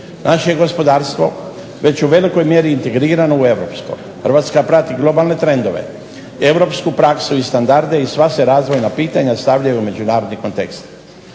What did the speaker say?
Naše gospodarstvo već je u velikoj mjeri integrirano u Europsko, Hrvatska prati globalne trendove, europsku praksu i standarde i sva se razvojna pitanja stavljaju u međunarodni kontekst.